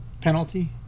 penalty